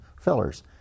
fillers